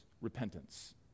repentance